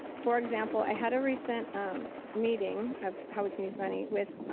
for example, i had a recent meeting of how we can use money with